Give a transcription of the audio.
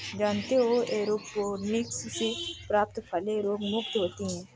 जानते हो एयरोपोनिक्स से प्राप्त फलें रोगमुक्त होती हैं